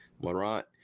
Morant